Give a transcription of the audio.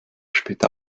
später